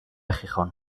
gijón